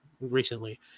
recently